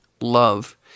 love